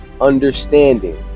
understanding